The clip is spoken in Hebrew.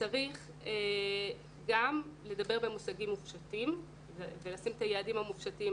צריך גם לדבר במושגים מופשטים ולשים את היעדים המופשטים